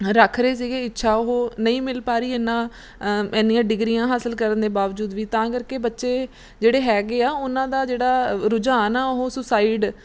ਰੱਖ ਰਹੇ ਸੀਗੇ ਇੱਛਾ ਉਹ ਨਹੀਂ ਮਿਲ ਪਾ ਰਹੀ ਇੰਨਾਂ ਇੰਨੀਆਂ ਡਿਗਰੀਆਂ ਹਾਸਲ ਕਰਨ ਦੇ ਬਾਵਜੂਦ ਵੀ ਤਾਂ ਕਰਕੇ ਬੱਚੇ ਜਿਹੜੇ ਹੈਗੇ ਆ ਉਹਨਾਂ ਦਾ ਜਿਹੜਾ ਰੁਝਾਨ ਆ ਉਹ ਸੁਸਾਈਡ